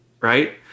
right